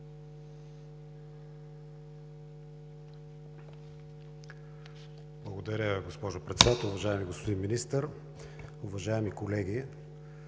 Благодаря, госпожо Председател. Уважаеми господин Министър, уважаеми колеги!